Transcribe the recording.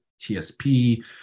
tsp